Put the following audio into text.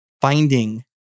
finding